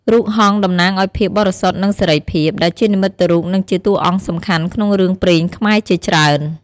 រូបហង្សតំណាងឱ្យភាពបរិសុទ្ធនិងសេរីភាព ដែលជានិមិត្តរូបនិងជាតួអង្គសំខាន់ក្នុងរឿងព្រេងខ្មែរជាច្រើន។